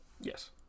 Yes